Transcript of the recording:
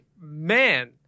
man